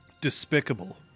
despicable